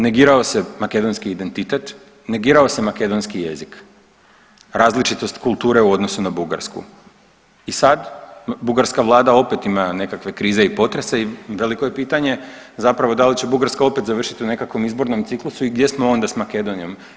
Negirao se makedonski identitet, negirao se makedonski jezik, različitost kulture u odnosu na Bugarsku i sad bugarska vlada opet ima nekakve krize i potrese i veliko je pitanje zapravo da li će Bugarska opet završiti u nekakvom izbornom ciklusu i gdje smo onda s Makedonijom.